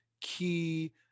key